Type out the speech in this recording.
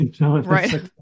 right